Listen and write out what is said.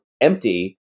empty